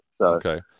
Okay